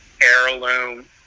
heirloom